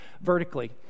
vertically